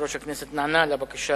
יושב-ראש הכנסת נענה לבקשה